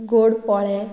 गोड पोळें